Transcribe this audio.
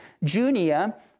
Junia